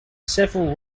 several